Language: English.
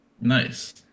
Nice